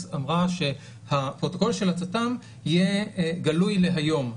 אמרה שהפרוטוקול של הצט"ם יהיה גלוי להיום,